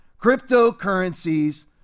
cryptocurrencies